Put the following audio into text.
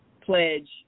pledge